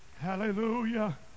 Hallelujah